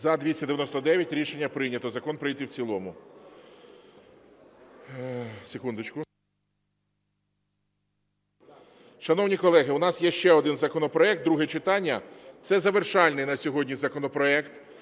За-299 Рішення прийнято. Закон прийнятий в цілому. Шановні колеги, у нас є ще один законопроект, друге читання. Це завершальний на сьогодні законопроект